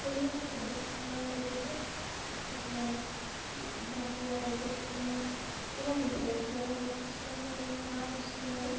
থলুৱা খাদ্য সম্ভাৰৰ লগতে কিছুমান বাহিৰাও বস্তু মই ক'ব বিচাৰিছিলোঁ আৰু তাত কিছুমান মানে মা মচলাৰ